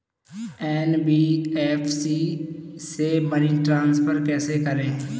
NBFC से money transfer कैसे करें?